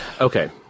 okay